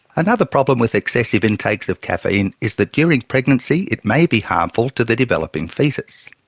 another problem with excessive intakes of caffeine is that during pregnancy it may be harmful to the developing foetus.